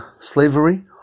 slavery